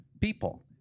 people